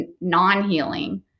non-healing